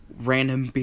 Random